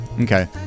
Okay